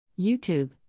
YouTube